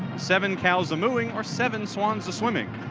seven cows a mooing or seven swans a swimming?